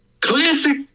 Classic